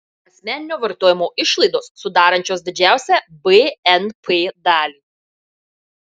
asmeninio vartojimo išlaidos sudarančios didžiausią bnp dalį